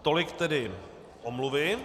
Tolik tedy omluvy.